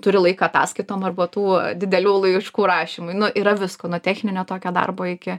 turiu laiko ataskaitom arba tų didelių laiškų rašymui nu yra visko nuo techninio tokio darbo iki